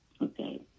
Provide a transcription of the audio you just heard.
Okay